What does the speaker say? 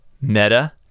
meta